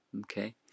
okay